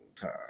time